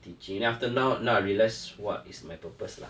teaching then after now now I realised what is my purpose lah